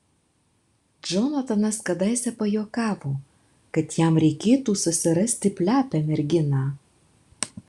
džonatanas kadaise pajuokavo kad jam reikėtų susirasti plepią merginą